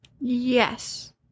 Yes